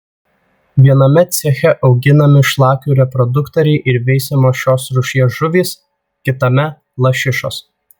viename ceche auginami šlakių reproduktoriai ir veisiamos šios rūšies žuvys kitame lašišos